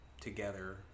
together